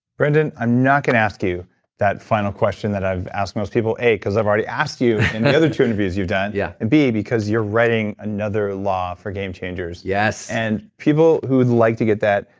brendon, i'm not gonna ask you that final question that i ask most people. a because i've already asked you in the other two interviews you've done yeah and b, because you're writing another law for gamechangers yes and people who would like to get that,